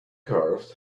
carved